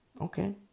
Okay